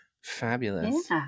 Fabulous